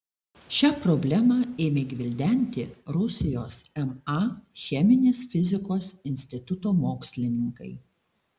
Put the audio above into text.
šią problemą ėmė gvildenti rusijos ma cheminės fizikos instituto mokslininkai